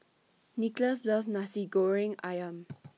Nickolas loves Nasi Goreng Ayam